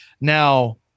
Now